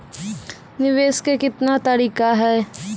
निवेश के कितने तरीका हैं?